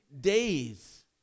days